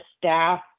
staff